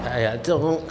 哎呀这种东西